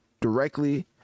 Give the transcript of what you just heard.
directly